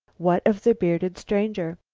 what of the bearded stranger?